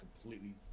completely